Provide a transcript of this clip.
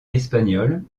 espagnol